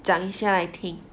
讲一下来听